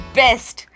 best